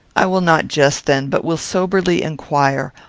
i will not jest, then, but will soberly inquire,